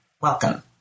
welcome